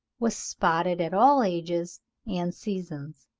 was spotted at all ages and seasons.